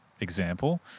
example